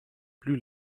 plus